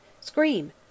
Scream